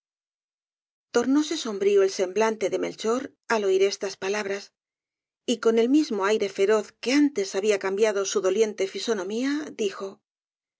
nido tornóse sombrío el semblante de melchor al oir estas palabras y con el mismo aire feroz que antes había cambiado su doliente fisonomía dijo